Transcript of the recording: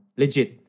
legit